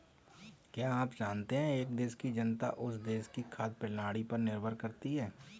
क्या आप जानते है एक देश की जनता उस देश की खाद्य प्रणाली पर निर्भर करती है?